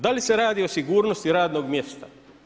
Da li se radi o sigurnosti radnog mjesta?